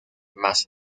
más